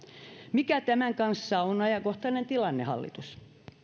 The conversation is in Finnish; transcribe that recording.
mikä tämän kanssa on ajankohtainen tilanne hallitus